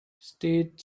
state